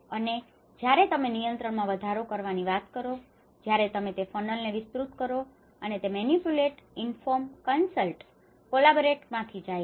અને જ્યારે તમે નિયંત્રણમાં વધારો કરવાની વાત કરો છો જ્યારે તમે તે ફનલને વિસ્તૃત કરો છો અને તે મેનીપ્યુલેટ ઇન્ફોર્મ કન્સલ્ટ કોલાબોરેટમાંથી જાય છે